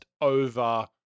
over